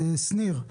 שניר,